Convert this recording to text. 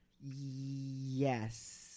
yes